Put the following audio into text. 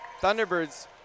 Thunderbirds